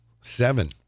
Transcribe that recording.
seven